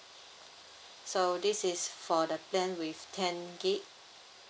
so this is for the plan with ten gig